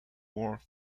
more